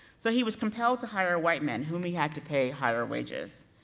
so he was compelled to hire white men, whom he had to pay higher wages.